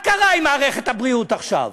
מה קרה עם מערכת הבריאות עכשיו?